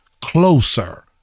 closer